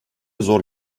zor